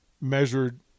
measured